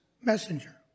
messenger